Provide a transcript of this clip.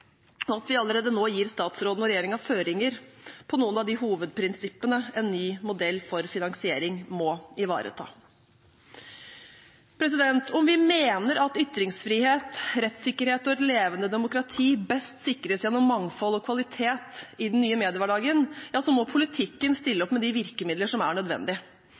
og at vi allerede nå gir statsråden og regjeringen føringer på noen av de hovedprinsippene en ny modell for finansiering må ivareta. Om vi mener at ytringsfrihet, rettssikkerhet og et levende demokrati best sikres gjennom mangfold og kvalitet i den nye mediehverdagen, må politikken stille opp med de virkemidler som er nødvendig.